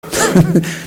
חחח